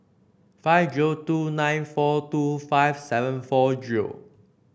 five zero two nine four two five seven four zero